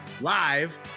live